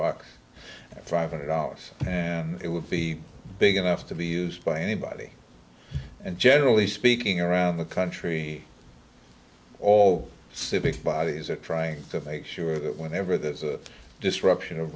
about five hundred dollars and it would be big enough to be used by anybody and generally speaking around the country all civic bodies are trying to make sure that whenever there's a disruption of